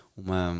uma